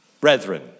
brethren